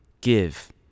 Give